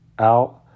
out